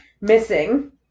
missing